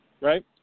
right